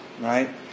right